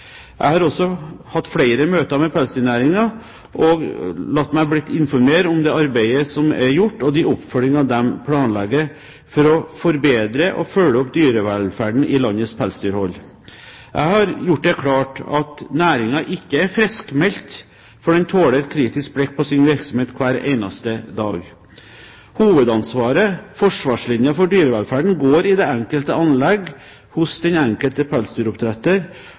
Jeg har også hatt flere møter med pelsdyrnæringen, og latt meg bli informert om det arbeidet som er gjort, og de oppfølginger de planlegger for å forbedre og følge opp dyrevelferden i landets pelsdyrhold. Jeg har gjort det klart at næringen ikke er friskmeldt før den tåler et kritisk blikk på sin virksomhet hver eneste dag. Hovedansvaret/forsvarslinjen for dyrevelferden går i det enkelte anlegg, hos den enkelte pelsdyroppdretter